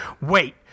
wait